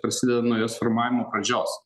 prasideda nuo jos formavimo pradžios